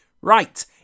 Right